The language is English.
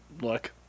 look